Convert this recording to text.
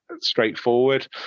straightforward